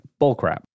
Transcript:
Bullcrap